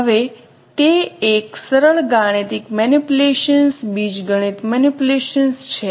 હવે તે એક સરળ ગાણિતિક મેનીપ્યુલેશન્સ બીજગણિત મેનિપ્યુલેશન્સ છે